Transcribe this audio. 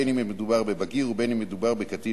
בין אם מדובר בבגיר ובין אם מדובר בקטין